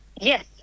Yes